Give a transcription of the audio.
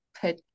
put